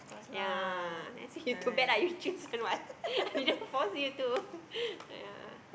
ya then I say you too bad lah you choose one what I didn't force you to ya